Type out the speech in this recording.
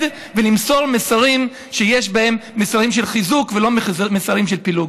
ולמסור מסרים של חיזוק ולא מסרים של פילוג.